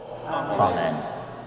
Amen